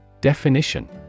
Definition